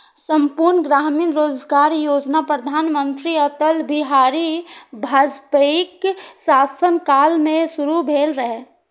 संपूर्ण ग्रामीण रोजगार योजना प्रधानमंत्री अटल बिहारी वाजपेयीक शासन काल मे शुरू भेल रहै